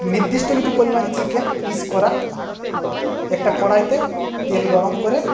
নির্দিষ্ট কিছু পরিমাণ চিকেন পিস করা একটা কড়াইতে তেল গরম করে